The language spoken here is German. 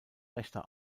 rechter